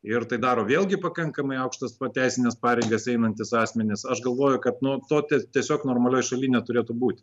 ir tai daro vėlgi pakankamai aukštas teisines pareigas einantys asmenys aš galvoju kad nu to tie tiesiog normalioj šaly neturėtų būti